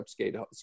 upscale